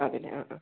അതിന് ആ ആ